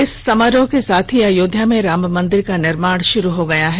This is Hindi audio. इस समारोह के साथ ही अयोध्या में राम मंदिर का निर्माण प्रारंभ हो गया है